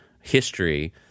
history